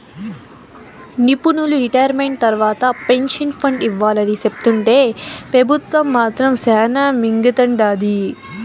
నిపునులు రిటైర్మెంట్ తర్వాత pension fund ఇవ్వాలని సెప్తుంటే పెబుత్వం మాత్రం శానా మింగతండాది